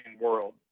world